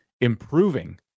improving